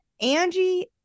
Angie